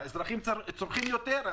האזרחים צורכים יותר,